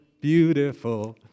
beautiful